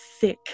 thick